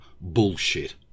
Bullshit